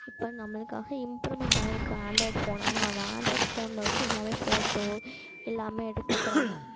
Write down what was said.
இப்போ நம்மளுக்காக இம்ப்ரூமெண்ட் ஆகியிருக்கு ஆண்ட்ராய்ட் ஃபோன் ஆனால் அந்த ஆண்ட்ராய்ட் ஃபோனில் வெச்சு எல்லாம் ஃபோட்டோ எல்லாம் எடுத்துக்கிறாங்க